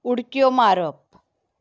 उडक्यो मारप